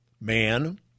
Man